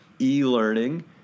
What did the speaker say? e-learning